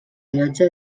allotja